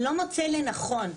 לא מוצא לנכון,